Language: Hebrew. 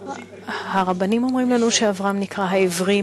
הרבנים אומרים לנו שאברהם נקרא "העברי"